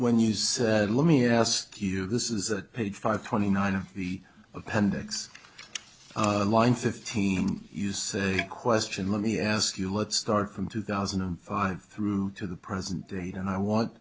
when you said let me ask you this is a page five twenty nine in the appendix line fifteen you say question let me ask you let's start from two thousand and five through to the present day and i want